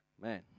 Man